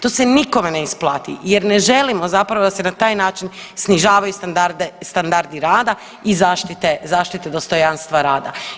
To se nikome ne isplati jer ne želimo zapravo da se na taj način snižavaju standardi rada i zaštite, zaštite dostojanstva rada.